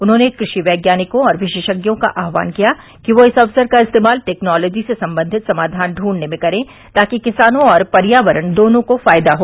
उन्होंने कृषि वैज्ञानिकों और विशेषज्ञों का आह्वान किया कि वे इस अवसर का इस्तेमाल टैक्नोलॉजी से संबंधित समाधान ढंढने में करें ताकि किसानों और पर्यावरण दोनों को फायदा हो